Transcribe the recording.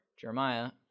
Jeremiah